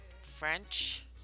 French